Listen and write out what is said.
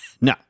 no